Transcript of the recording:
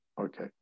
Okay